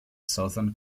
southern